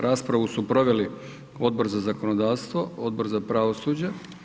Raspravu su proveli Odbor za zakonodavstvo, Odbor za pravosuđe.